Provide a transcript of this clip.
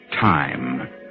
Time